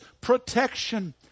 protection